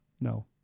No